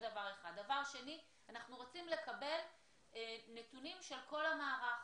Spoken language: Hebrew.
2. אנחנו רוצים לקבל נתונים של כל המערך